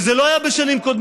וזה לא היה בשנים קודמות,